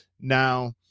Now